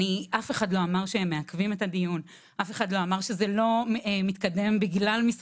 אף אחד לא אמר שהם מעכבים את הדיון או שזה לא מתקדם בגללם,